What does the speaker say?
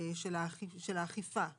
של האכיפה למעשה.